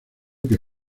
que